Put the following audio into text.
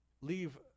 Leave